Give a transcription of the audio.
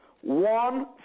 One